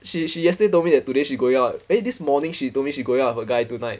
she she yesterday told me that today she going out eh this morning she told me she going out with a guy tonight